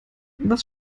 was